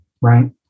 right